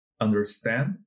understand